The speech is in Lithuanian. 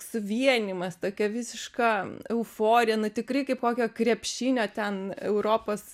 suvienijimas tokia visiška euforija na tikri kaip kokio krepšinio ten europos